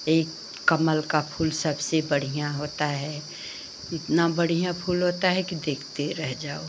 एक कमल का फूल सबसे बढ़ियाँ होता है इतना बढ़ियाँ फूल होता है कि देखते रह जाओ